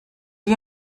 you